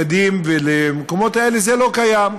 למסגדים ולמקומות האלה, זה לא קיים.